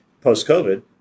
post-COVID